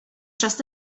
just